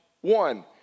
One